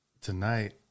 tonight